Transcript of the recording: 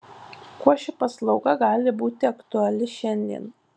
kuo ši paslauga gali būti aktuali šiandien